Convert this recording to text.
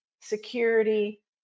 security